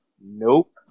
Nope